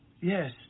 Yes